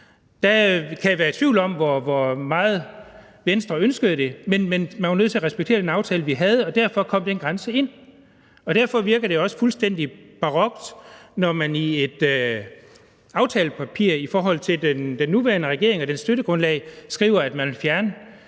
var jeg i tvivl om, hvor meget Venstre ønskede det, men man var nødt til at respektere den aftale, vi havde, og derfor kom den grænse ind. Derfor virker det også fuldstændig barokt, når den nuværende regering i et aftalepapir med sit støttegrundlag skriver, at man vil fjerne